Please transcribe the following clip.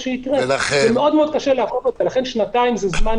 אם אני לוקח את שנת 2020 ורואה את כל התיקים שנסגרו,